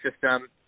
system